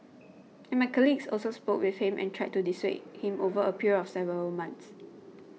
and my colleagues also spoke with him and tried to dissuade him over a period of several months